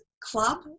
club